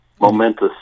momentous